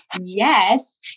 yes